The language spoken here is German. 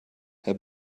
herr